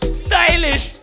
stylish